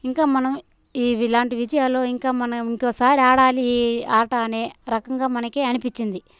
ఇంకా మనం ఈ విలాంటి విజయాలు ఇంకా మనం ఇంకోసారి ఆడాలి ఆట అనే రకంగా మనకి అనిపిచ్చింది